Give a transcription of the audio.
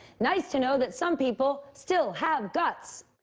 nice to know that some people still have guts.